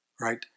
right